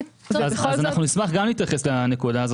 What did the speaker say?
אז אנחנו נשמח גם להתייחס לנקודה הזאת.